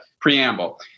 preamble